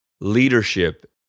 leadership